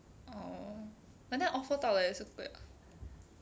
orh but then offer 到来也是贵 [what]